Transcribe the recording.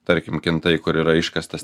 tarkim kintai kur yra iškastas